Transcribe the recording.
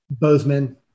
Bozeman